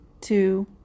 two